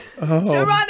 Geronimo